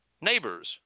neighbors